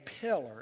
pillar